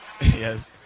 Yes